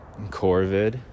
corvid